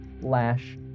Lash